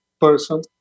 person